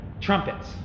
trumpets